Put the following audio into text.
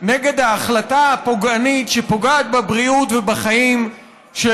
נגד ההחלטה הפוגענית שפוגעת בבריאות ובחיים של